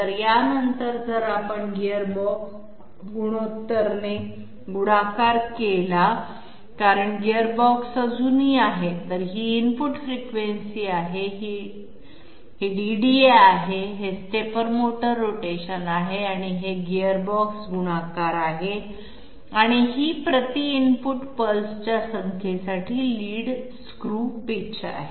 तर यानंतर जर आपण गिअरबॉक्स गुणोत्तर ने गुणाकार केला कारण गीअरबॉक्स अजूनही आहे तर ही इनपुट फ्रिक्वेन्सी आहे ही DDA आहे हे स्टेपर मोटर रोटेशन आहे हे गियरबॉक्स गुणाकार आहे आणि ही प्रति इनपुट पल्सच्या संख्येसाठी लीड स्क्रू पिच आहे